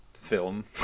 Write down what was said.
film